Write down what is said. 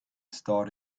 start